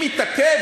אם התעכב,